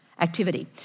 activity